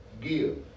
Give